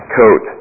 coat